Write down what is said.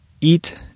Eat